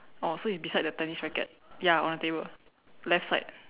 oh so it's beside the tennis racket ya on the table left side